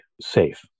safe